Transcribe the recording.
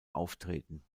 auftreten